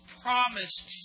promised